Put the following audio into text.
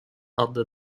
hade